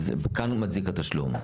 כאן הוא מצדיק את התשלום.